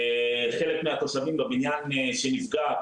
חלק מהתושבים בבניין שנפגע,